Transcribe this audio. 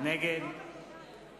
נגד